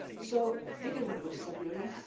so they didn't want to go to siberia,